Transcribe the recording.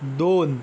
दोन